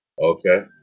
okay